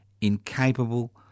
incapable